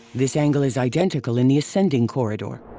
this angle is identical in the ascending corridor.